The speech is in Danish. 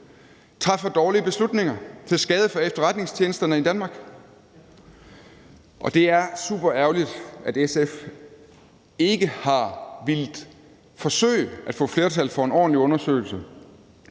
træffer dårlige beslutninger til skade for efterretningstjenesterne i Danmark. Det er superærgerligt, at SF ikke har villet forsøge at få flertal for en ordentlig undersøgelse,